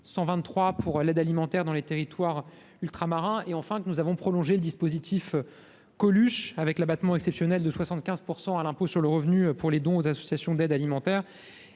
», pour l'aide alimentaire dans les territoires ultramarins. Enfin, nous avons prolongé le dispositif Coluche prévoyant un abattement exceptionnel de 75 % de l'impôt sur le revenu pour les dons aux associations d'aide alimentaire.